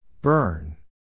Burn